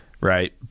Right